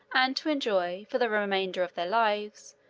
and to enjoy, for the remainder of their lives,